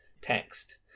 text